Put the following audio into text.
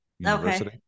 university